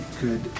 good